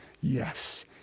yes